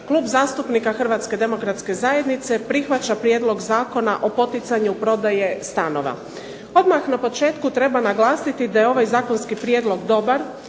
Klub zastupnika Hrvatske demokratske zajednice prihvaća Prijedlog zakona o poticanju prodaje stanova. Odmah na početku treba naglasiti da je ovaj zakonski prijedlog dobar